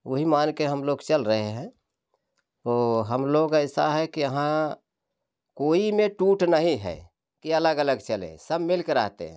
वही मार्ग पर हम लोग चल रहे हैं तो हम लोग ऐसा है कि यहाँ कोई में टूट नहीं है यह अलग अलग चले सब मिलकर रहते हैं